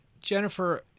Jennifer